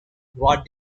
what